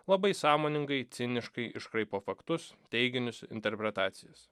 labai sąmoningai ciniškai iškraipo faktus teiginius interpretacijas